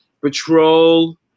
patrol